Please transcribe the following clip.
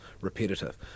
repetitive